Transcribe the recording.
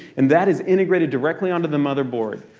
and that is integrated directly onto the motherboard,